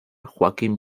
joaquín